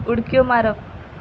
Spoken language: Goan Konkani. उडक्यो मारप